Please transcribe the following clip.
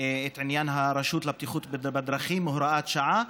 את עניין הרשות לבטיחות בדרכים (הוראת שעה)